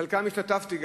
בחלקם השתתפתי.